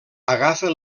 agafa